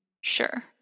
Sure